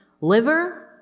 liver